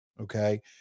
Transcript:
okay